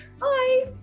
Bye